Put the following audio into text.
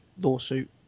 lawsuit